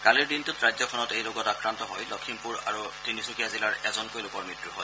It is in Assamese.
কালিৰ দিনটোত ৰাজ্যখনত এই ৰোগত আক্ৰান্ত হৈ লখিমপুৰ আৰু তিনিচুকীয়া জিলাৰ এজনকৈ লোকৰ মৃত্যু হয়